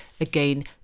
again